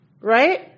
right